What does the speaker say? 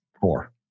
Four